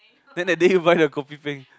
then that day you buy the kopi-peng